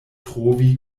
trovi